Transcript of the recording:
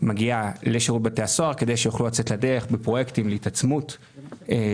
מגיעה לשירות בתי הסוהר כדי שיוכלו לצאת לדרך בפרויקטים להתעצמות שלה.